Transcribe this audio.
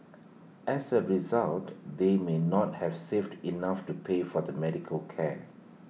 as A result they may not have saved enough to pay for their medical care